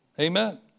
Amen